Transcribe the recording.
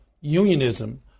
unionism